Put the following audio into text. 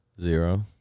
Zero